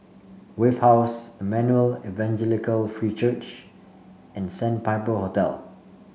Wave House Emmanuel Evangelical Free Church and Sandpiper Hotel